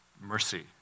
mercy